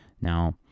Now